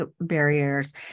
barriers